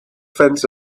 fence